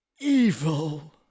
evil